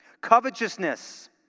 Covetousness